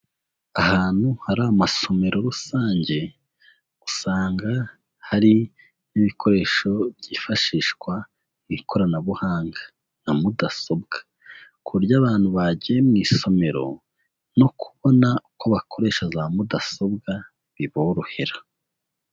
Ahantu hari amasomero rusange, usanga hari n'ibikoresho byifashishwa mu ikoranabuhanga nka mudasobwa, ku buryo abantu bagiye mu isomero no kubona uko bakoresha za mudasobwa biborohera.